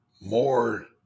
more